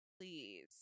please